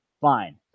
fine